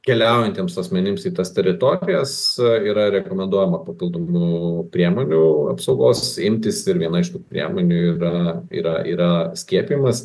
keliaujantiems asmenims į tas teritorijas yra rekomenduojama papildomų priemonių apsaugos imtis ir viena iš tų priemonių darna yra yra skiepijimas